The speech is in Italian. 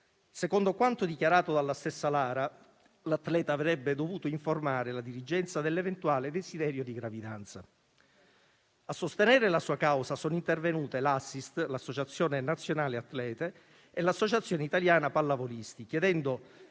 Secondo quanto dichiarato dalla stessa Lara, l'atleta avrebbe dovuto informare la dirigenza dell'eventuale desiderio di gravidanza. A sostenere la sua causa sono intervenute l'Assist, l'Associazione nazionale atlete, e l'Associazione italiana pallavolisti, chiedendo